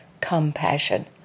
compassion